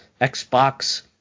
Xbox